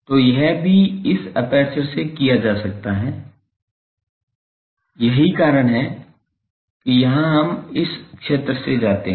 तो यह भी इस एपर्चर से किया जा सकता है यही कारण है कि यहाँ हम इस क्षेत्र से जाते हैं